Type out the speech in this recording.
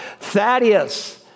Thaddeus